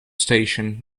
station